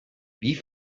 wie